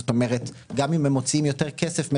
זאת אומרת גם אם הם מוציאים יותר כסף,